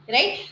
Right